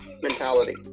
mentality